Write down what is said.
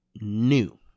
new